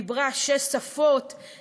דיברה שש שפות,